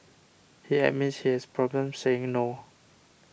he admits he has problems saying no